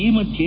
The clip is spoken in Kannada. ಈ ಮಧ್ಯೆ